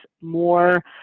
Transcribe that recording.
more